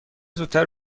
زودتر